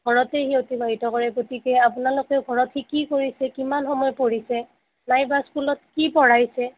ঘৰতেই সি অতিবাহিত কৰে গতিকে আপোনালোকেও ঘৰত সি কি কৰিছে কিমান সময় পঢ়িছে নাইবা স্কুল কি পঢ়াইছে